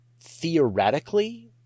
theoretically